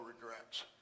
regrets